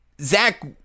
Zach